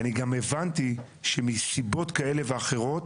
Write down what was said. אני גם הבנתי שמסיבות כאלה ואחרות,